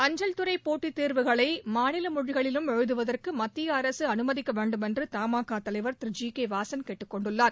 அஞ்சல் துறை போட்டித் தேர்வுகளை மாநில மொழிகளிலும் எழுதுவதற்கு மத்திய அரசு அனுமதிக்க வேண்டும் என்று தமாகா தலைவர் திரு ஜி கே வாசன் கேட்டுக் கொண்டுள்ளார்